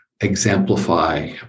exemplify